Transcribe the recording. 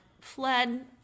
fled